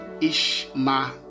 Ishmael